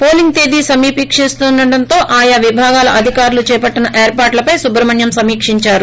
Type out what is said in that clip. polling తేదీ సమీపిస్తుండటంతో ఆయా విభాగాల అధికారులు చేపట్టిన ఏర్పాట్లపై సుబ్రహ్మణ్యం సమీక్షించారు